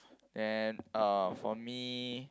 and uh for me